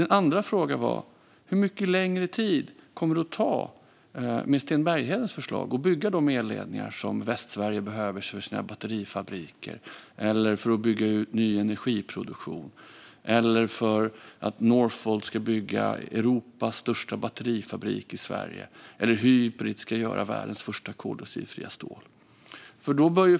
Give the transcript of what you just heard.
Den andra frågan är: Hur mycket längre tid kommer det att ta att med Sten Berghedens förslag bygga de elledningar som bland annat behövs för Västsveriges batterifabriker? Det är elledningar som också behövs för att bygga ut ny energiproduktion, för att Northvolt ska bygga Europas största batterifabrik i Sverige eller för att Hybrit ska göra världens första koldioxidfria stål.